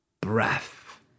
breath